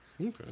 okay